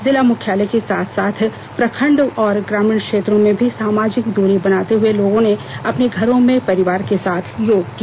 जिला मुख्यालय के साथ साथ प्रखंड व ग्रामीण क्षेत्रों में भी सामाजिक द्ररी बनाते हुए लोगों ने अपने घरों में परिवार के साथ योग किया